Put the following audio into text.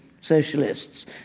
socialists